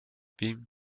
been